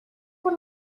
por